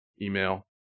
Email